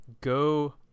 go